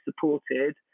supported